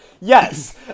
yes